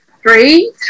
three